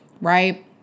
Right